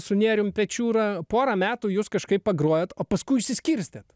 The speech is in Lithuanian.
su nėrium pečiūra pora metų jūs kažkaip pagrojot o paskui išsiskirstėt